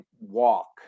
walk